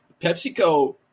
PepsiCo